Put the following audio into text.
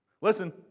Listen